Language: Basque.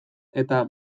eta